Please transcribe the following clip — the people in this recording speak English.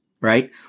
right